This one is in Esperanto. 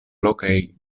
lokaj